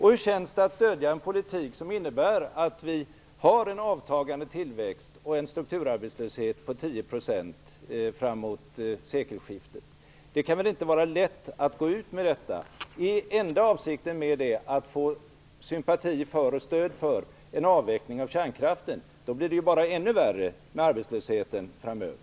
Hur känns det att stödja en politik som innebär att vi har en avtagande tillväxt och en strukturarbetslöshet på 10 % fram emot sekelskiftet? Det kan inte vara lätt att gå ut med detta. Är enda avsikten med det att få sympatier och stöd för en avveckling av kärnkraften? Då blir det bara ännu värre med arbetslösheten framöver.